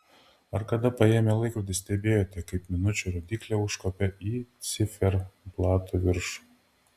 ar kada paėmę laikrodį stebėjote kaip minučių rodyklė užkopia į ciferblato viršų